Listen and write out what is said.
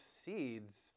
seeds